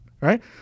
right